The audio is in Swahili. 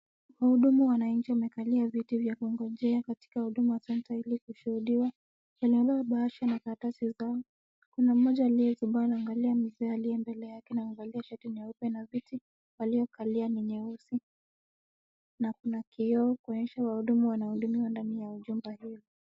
Wahudumu wananchi wamekalia viti vya kungojea katika huduma center ili kushuhudiwa. Wamebeba bahasha na karatasi zao, kuna mmoja aliyezubaa anaangalia mzee aliye mbele yake na amevalia shati nyeupe na viti waliokalia ni nyeusi na kuna kioo kuonyesha wahudumu wanahudumiwa ndani ya jumba hilo.